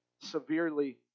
severely